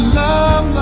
love